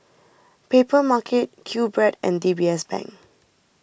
Papermarket Q Bread and D B S Bank